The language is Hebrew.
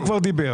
הוא כבר דיבר.